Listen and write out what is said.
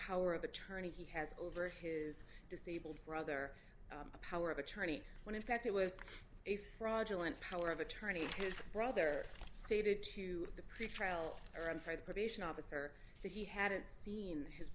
power of attorney he has over his disabled brother a power of attorney when in fact it was a fraudulent power of attorney his brother stated to the pretrial or i'm sorry the probation officer that he hadn't seen his